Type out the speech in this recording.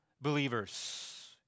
believers